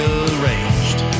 arranged